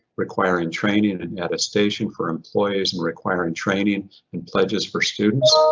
requiring training and and yeah attestation for employees. and requiring training and pledges for students,